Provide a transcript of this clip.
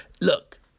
look